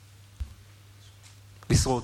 לשרוד,